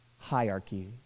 hierarchy